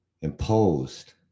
imposed